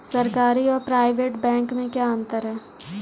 सरकारी और private bank में क्या अंतर है?